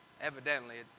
Evidently